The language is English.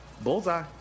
Bullseye